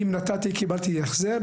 אם נתתי קיבלתי החזר,